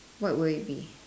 what would it be